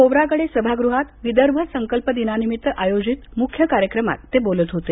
खोब्रागडे सभागृहात विदर्भ संकल्प दिनानिमित्त आयोजित मुख्य कार्यक्रमात ते बोलत होते